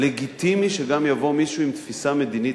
לגיטימי שגם יבוא מישהו עם תפיסה מדינית